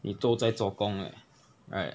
你都在做工 leh right